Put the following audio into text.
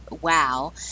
wow